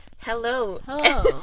Hello